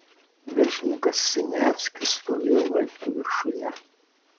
viršininkas siniavskis stovėjo laiptų viršuje